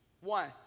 One